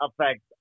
affects